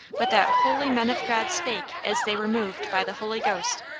but that holy men of god spake as they were moved by the holy ghost.